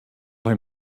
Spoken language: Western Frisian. him